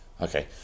Okay